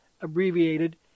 abbreviated